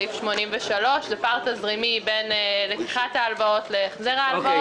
סעיף 83. זה פער תזרימי בין לקיחת ההלוואות להחזר ההלוואות.